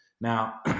Now